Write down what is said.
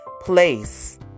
place